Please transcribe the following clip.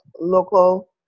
local